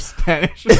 Spanish